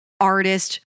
artist